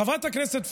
חברת הכנסת פרידמן,